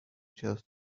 just